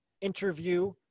interview